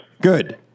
Good